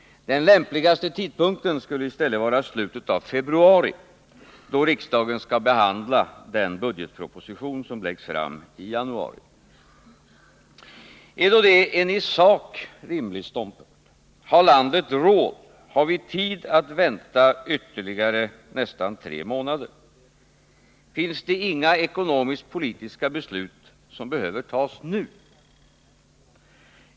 Den lämpligaste tidpunkten skulle i stället vara slutet av februari, då riksdagen skall behandla den budgetproposition som läggs fram i januari. Är då detta en i sak rimlig ståndpunkt? Har landet råd, har vi tid att vänta ytterligare nästan tre månader? Finns det inga ekonomisk-politiska beslut som behöver tas nu?